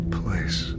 place